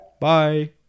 Bye